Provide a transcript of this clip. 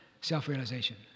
self-realization